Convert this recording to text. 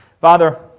Father